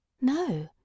No